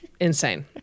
insane